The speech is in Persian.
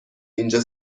اینجا